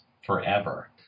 Forever